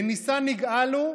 בניסן נגאלו,